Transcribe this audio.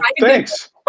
thanks